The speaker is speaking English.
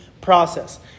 process